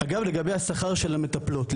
אגב לגבי השכר של המטפלות,